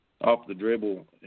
off-the-dribble